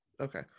okay